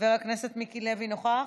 חבר הכנסת מיקי לוי נוכח?